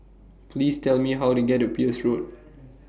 Please Tell Me How to get to Peirce Road